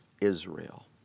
Israel